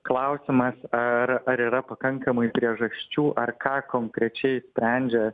klausimas ar ar yra pakankamai priežasčių ar ką konkrečiai sprendžia